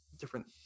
different